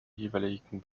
jeweiligen